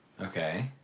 okay